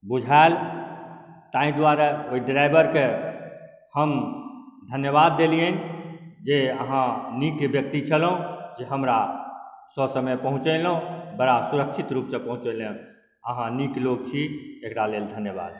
बुझाएल ताहि दुआरे ओहि ड्राइवरके हम धन्यवाद देलिअनि जे अहाँ नीक व्यक्ति छलहुँ जे हमरा ससमय पहुँचेलहुँ बड़ा सुरक्षित रूपसँ पहुँचेलहुँ अहाँ नीक लोक छी एकरा लेल धन्यवाद